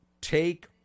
take